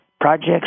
projects